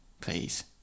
please